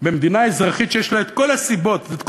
במדינה אזרחית שיש לה כל הסיבות וכל